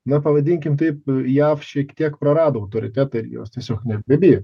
na pavadinkim taip jav šiek tiek prarado autoritetą ir jos tiesiog nebebijo